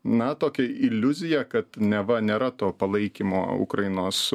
na tokią iliuziją kad neva nėra to palaikymo ukrainos